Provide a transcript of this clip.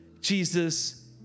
Jesus